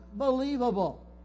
unbelievable